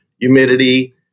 humidity